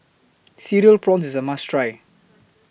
Cereal Prawns IS A must Try